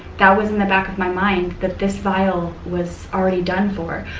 that was in the back of my mind, that this vial was already done for.